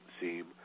seem